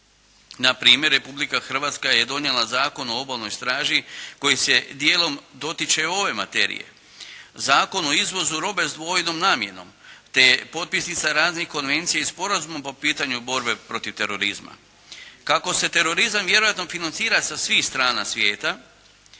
Na primjer, Republika Hrvatska je donijela Zakon o obalnoj straži koji se dijelom dotiče ove materije. Zakon o izvozu robe s dvojnom namjenom te je potpisnica raznih konvencija i sporazuma po pitanju borbe protiv terorizma. Kako se terorizam vjerojatno financira sa svih strana svijeta